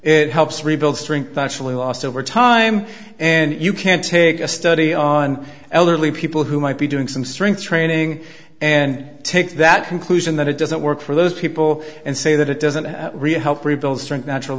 it helps rebuild strength actually lost over time and you can't take a study on elderly people who might be doing some strength training and take that conclusion that it doesn't work for those people and say that it doesn't really help rebuild